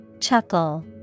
Chuckle